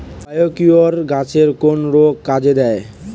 Biocure গাছের কোন রোগে কাজেদেয়?